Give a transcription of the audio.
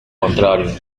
contrario